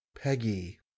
peggy